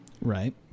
Right